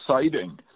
exciting